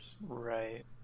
Right